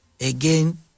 again